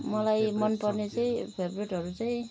मलाई मन पर्ने चाहिँ फेभ्रेटहरू चाहिँ